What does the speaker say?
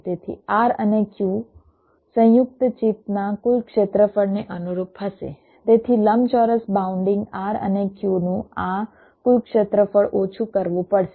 તેથી R અને Q સંયુક્ત ચિપના કુલ ક્ષેત્રફળને અનુરૂપ હશે તેથી લંબચોરસ બાઉન્ડિંગ R અને Q નું આ કુલ ક્ષેત્રફળ ઓછું કરવું પડશે